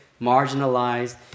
marginalized